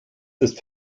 ist